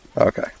Okay